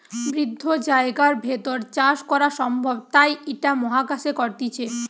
বদ্ধ জায়গার ভেতর চাষ করা সম্ভব তাই ইটা মহাকাশে করতিছে